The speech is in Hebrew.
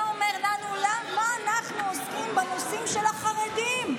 אתה אומר לנו: מה אנחנו עוסקים בנושאים של החרדים?